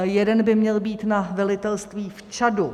Jeden by měl být na velitelství v Čadu.